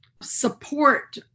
support